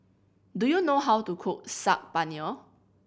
do you know how to cook Saag Paneer